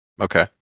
Okay